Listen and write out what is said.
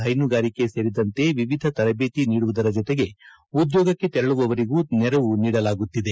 ಹೈನುಗಾರಿಕೆ ಸೇರಿದಂತೆ ವಿವಿಧ ತರಬೇತಿ ನೀಡುವುದರ ಜೊತೆಗೆ ಉದ್ಯೋಗಕ್ಕೆ ತೆರಳುವವರಿಗೂ ನೆರವು ನೀಡಲಾಗುತ್ತಿದೆ